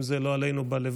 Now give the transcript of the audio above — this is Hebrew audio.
אם זה לא עלינו בלוויות,